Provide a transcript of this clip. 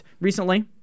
recently